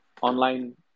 online